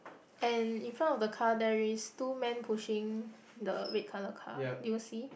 and in front of the car there is two men pushing the red colour car did you see